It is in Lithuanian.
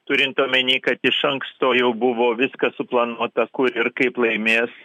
turint omeny kad iš anksto jau buvo viskas suplanuota kur ir kaip laimės